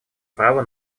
права